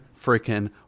freaking